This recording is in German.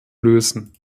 lösen